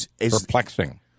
perplexing